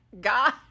God